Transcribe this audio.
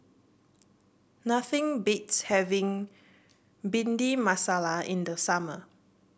nothing beats having Bhindi Masala in the summer